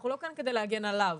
אנחנו לא כאן כדי להגן עליו.